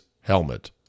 helmet